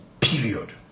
period